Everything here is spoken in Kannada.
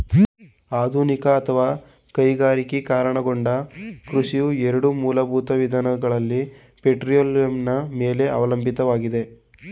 ಆಧುನಿಕ ಅಥವಾ ಕೈಗಾರಿಕೀಕರಣಗೊಂಡ ಕೃಷಿಯು ಎರಡು ಮೂಲಭೂತ ವಿಧಗಳಲ್ಲಿ ಪೆಟ್ರೋಲಿಯಂನ ಮೇಲೆ ಅವಲಂಬಿತವಾಗಿದೆ